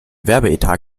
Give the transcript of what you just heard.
werbeetat